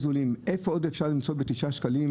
זולים איפה עוד אפשר למצוא ב-9 שקלים